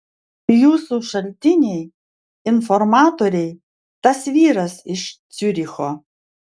jūsų šaltiniai informatoriai tas vyras iš ciuricho